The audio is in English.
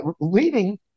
leading